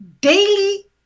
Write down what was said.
daily